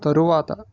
తరువాత